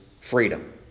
freedom